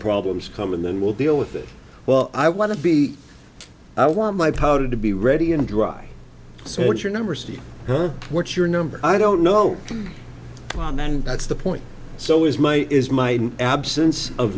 problems come and then we'll deal with it well i want to be i want my powder to be ready and dry so what's your number steve what's your number i don't know on and that's the point so is my is my absence of